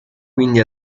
quindi